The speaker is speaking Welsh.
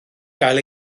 gael